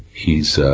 he's ah